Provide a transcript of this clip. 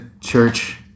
church